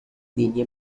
دینی